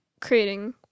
creating